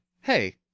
Hey